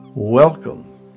Welcome